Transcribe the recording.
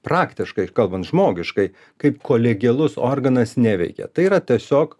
praktiškai kalbant žmogiškai kaip kolegialus organas neveikia tai yra tiesiog